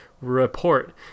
report